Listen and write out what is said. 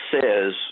says